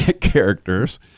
characters